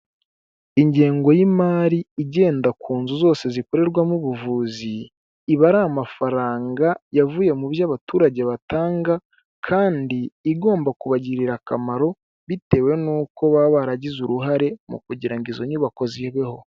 Ingengo y'imari igenda ku nzu zose zikorerwamo ubuvuzi, iba ari amafaranga yavuye mu byo abaturage batanga, kandi igomba kubagirira akamaro bitewe n'uko baba baragize uruhare mu kugira ngo izo nyubako zibeho.